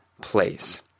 place